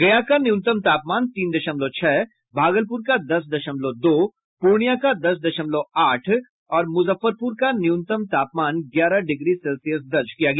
गया का न्यूनतम तापमान तीन दशमलव छह भागलपुर का दस दशमलव दो पूर्णिया का दस दशमलव आठ और मुजफ्फरपुर का न्यूनतम तापमान ग्यारह डिग्री सेल्सियस दर्ज किया गया